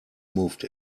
moved